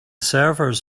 servers